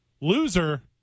Loser